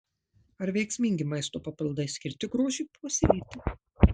ar veiksmingi maisto papildai skirti grožiui puoselėti